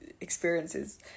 experiences